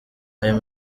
ayo